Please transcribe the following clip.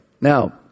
Now